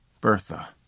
Bertha